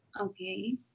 Okay